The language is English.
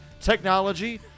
technology